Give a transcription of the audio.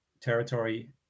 territory